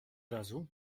razu